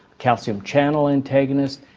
calcium channel antagonist,